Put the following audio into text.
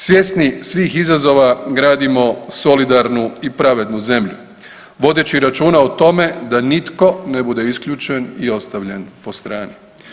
Svjesni svih izazova gradimo solidarnu i pravednu zemlju vodeći računa o tome da nitko ne bude isključen i ostavljen po strani.